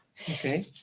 Okay